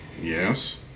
yes